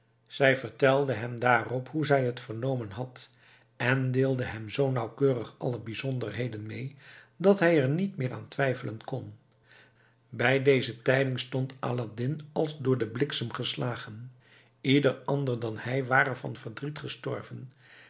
zij vertelde hem daarop hoe zij het vernomen had en deelde hem zoo nauwkeurig alle bizonderheden mee dat hij er niet meer aan twijfelen kon bij deze tijding stond aladdin als door den bliksem geslagen ieder ander dan hij ware van verdriet gestorven